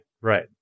Right